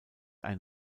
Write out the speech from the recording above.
ein